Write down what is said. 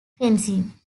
fencing